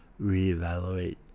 reevaluate